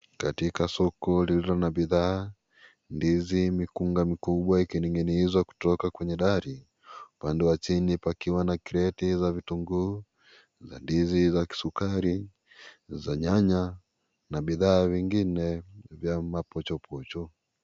Katika soko lililo na bidhaa, ndizi, mikunga mikubwa ikininginizwa kutoka kwenye gari, upande wa chini pakiwa na kreti za vitunguu, za ndizi za kisukari, za nyanya, na bidhaa vingine vya mapocho pocho.